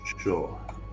Sure